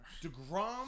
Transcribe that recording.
DeGrom